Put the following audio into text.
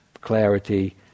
clarity